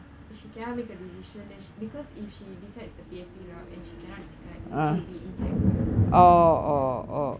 if she cannot make a decision then she because if she decides the P_F_P route and she cannot decide then she will be in secondary five